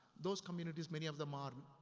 those communities, many of them are,